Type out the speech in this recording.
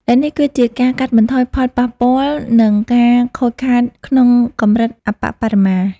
ដែលនេះគឺជាការកាត់បន្ថយផលប៉ះពាល់ និងការខូចខាតក្នុងកម្រិតអប្បបរមា។